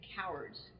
cowards